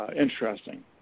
interesting